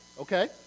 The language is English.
okay